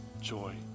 joy